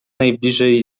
najbliżej